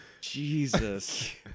Jesus